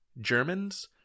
Germans